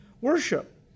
worship